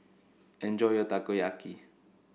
enjoy your Takoyaki